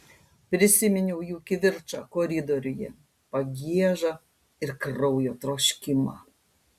prisiminiau jų kivirčą koridoriuje pagiežą ir kraujo troškimą